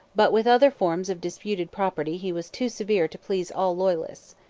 but with other forms of disputed property he was too severe to please all loyalists.